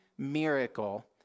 Miracle